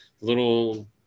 little